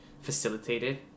facilitated